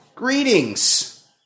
Greetings